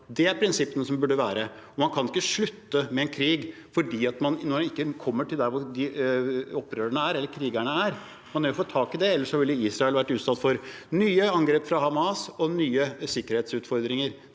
Det er prinsippene som burde være der. Man kan ikke slutte med en krig når man ikke kommer til der hvor opprørerne eller krigerne er. Man må få tak i dem, ellers vil Israel bli utsatt for nye angrep fra Hamas og nye sikkerhetsutfordringer.